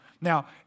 Now